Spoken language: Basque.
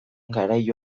garai